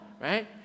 right